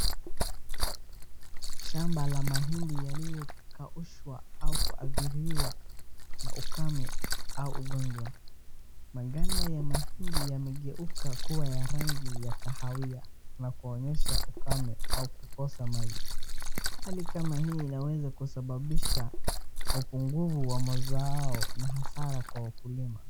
Shamba la mahindi yaliyokaushwa au kuathiriwa na ukame au ugonjwa majani ya mahindi yameeuka kuwa rangi ya yakahia na kuonyesha ukame au kukosa maji, hali kama hii inawesa kusababisha upungufu wa mazao na hasara kwa mkulima.